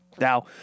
Now